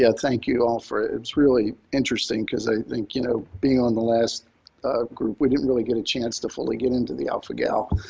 yeah thank you all for it. it's really interesting. because i think, you know, being on the last group, we didn't really get a chance to fully get into the alpha-gal.